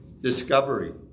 discovery